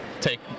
take